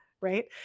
right